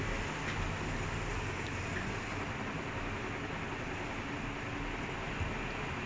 ஏன் என்ன அவங்க:yaen enna avanga discourse particles um கொடுத்திருக்காங்க:koduthirukkaanga filler um கொடுத்திருக்காங்க:koduthirukkaanga you need to eh